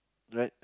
right